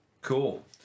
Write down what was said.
cool